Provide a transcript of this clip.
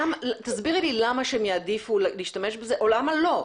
תסבירי לי למה שהם יעדיפו להשתמש בזה, או למה לא?